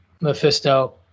Mephisto